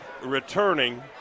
returning